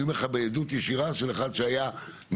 אני אומר לך בעדות ישירה של אחד שהיה מעורב,